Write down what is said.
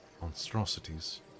monstrosities